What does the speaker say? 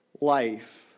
life